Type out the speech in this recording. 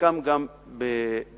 חלקם גם בדיאלוג